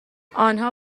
آنها